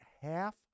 half